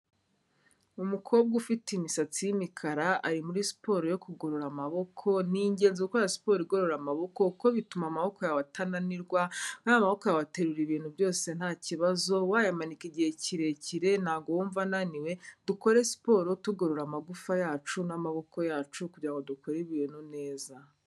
Umukobwa ufite imisatsi y'imikara ari muri siporo yo kugorora amaboko, ni ingenzi gukora siporo igorora amaboko kuko bituma amaboko yawe atananirwa, nk'aha amaboko yawe aterura ibintu byose ntakibazo wayamanika igihe kirekire ntago wumva ananiwe, dukore siporo tugorora amagufawa yacu n'amaboko yacu kugira ngo dukore ibintu neza.